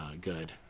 good